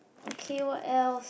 okay what else